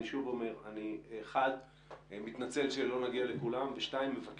אני שוב אומר שאני מתנצל שלא נגיע לכולם ומבקש